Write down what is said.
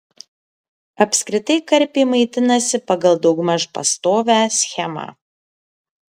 apskritai karpiai maitinasi pagal daugmaž pastovią schemą